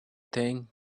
think